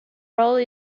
role